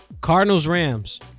Cardinals-Rams